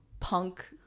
punk